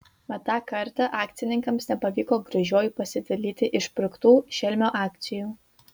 mat tą kartą akcininkams nepavyko gražiuoju pasidalyti išpirktų šelmio akcijų